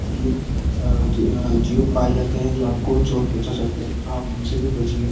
जीव जीव पाए जाते हैं जो आपको चोट पहुँचा सकते हैं तो आप उनसे भी बचिए